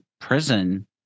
prison